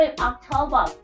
October